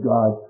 God